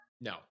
No